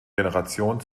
generation